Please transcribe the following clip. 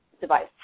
device